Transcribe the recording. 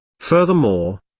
furthermore,